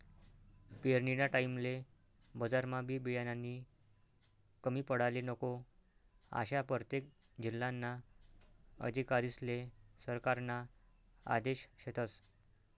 पेरनीना टाईमले बजारमा बी बियानानी कमी पडाले नको, आशा परतेक जिल्हाना अधिकारीस्ले सरकारना आदेश शेतस